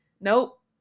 nope